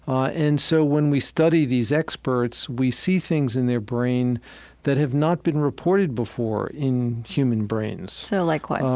ah and so when we study these experts, we see things in their brain that have not been reported before in human brains so like what?